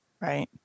right